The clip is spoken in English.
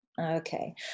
okay